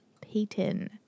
Peyton